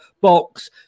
box